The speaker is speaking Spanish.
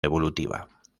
evolutiva